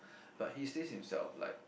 but he stays himself like